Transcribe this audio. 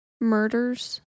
murders